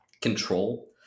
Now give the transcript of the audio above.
control